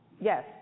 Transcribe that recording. yes